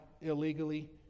illegally